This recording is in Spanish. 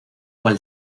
cual